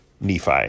Nephi